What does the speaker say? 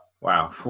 wow